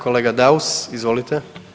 Kolega Daus, izvolite.